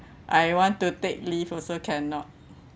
I want to take leave also cannot